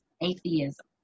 Atheism